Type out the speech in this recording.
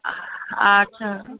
हा अच्छा